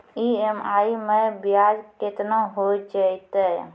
EMI मैं ब्याज केतना हो जयतै?